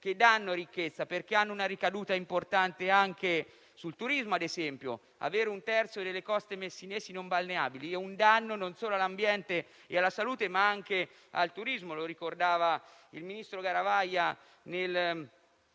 che danno ricchezza, perché hanno una ricaduta importante anche sul turismo, perché il fatto che un terzo delle coste messinesi non siano balneabili è un danno non solo all'ambiente e alla salute, ma anche al turismo, come ricordava il ministro Garavaglia